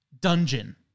dungeon